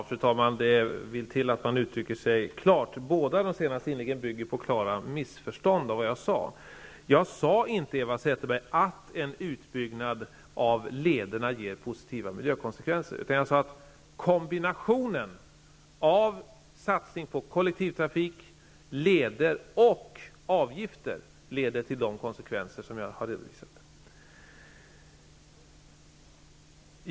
Fru talman! Det vill till att man uttrycker sig klart. Båda de senaste inläggen bygger på klara missförstånd av vad jag sade. Jag sade inte, Eva Zetterberg, att en utbyggnad av trafiklederna ger positiva miljökonsekvenser. Jag sade att kombinationen av satsning på kollektivtrafik, trafikleder och avgifter leder till de konsekvenser jag har redovisat.